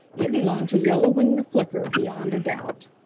it belonged to yellow wing the flicker beyond a doubt.